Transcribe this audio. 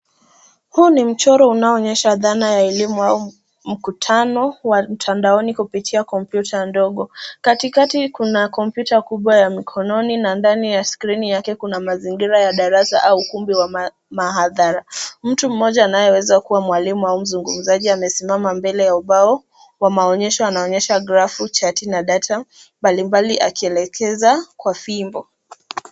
Huu ni mchoro unaoonyesha dhana ya elimu au mkutano wa mtandaoni kupitia kompyuta ndogo. Katikati kuna kompyuta kubwa ya mkononi na ndani kuna skrini yake kuna mazingira ya darasa au ukumbi wa maathara. Mtu mmoja anaweza kuwa mwalimu au mzungumzaji amesimama mbele ya ubao wa maonyesho anaonyesha grafu, chati na data mbalimbali akielekeza kwa fimbo.